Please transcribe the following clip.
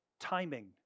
timing